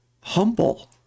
humble